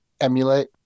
Emulate